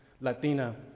Latina